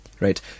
right